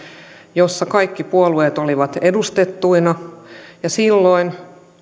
jossa kaikki puolueet olivat edustettuina ja silloin